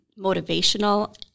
Motivational